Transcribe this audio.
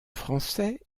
français